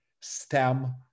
STEM